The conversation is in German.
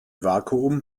vakuum